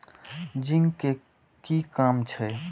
Zinc के कि काम छै?